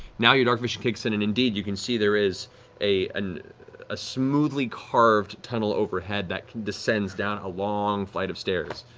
now your darkvision kicks in and indeed you can see there is a and a smoothly carved tunnel overhead that descends down a long flight of stairs.